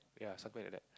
ya something like that